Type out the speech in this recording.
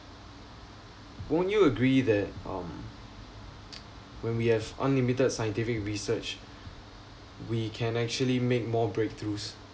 won't you agree that um when we have unlimited scientific research we can actually make more breakthroughs